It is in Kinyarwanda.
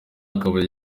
akaba